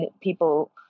people